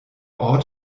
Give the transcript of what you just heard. ort